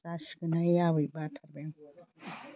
जासिगोनहाय आबै बाथारबाय आं